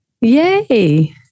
yay